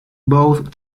both